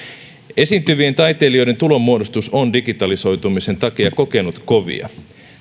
esiintyvien taiteilijoiden tulonmuodostus on digitalisoitumisen takia kokenut kovia